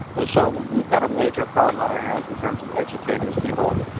and so we've got a major problem on our hands in terms of educating people.